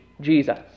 Jesus